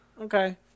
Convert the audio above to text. okay